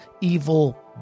evil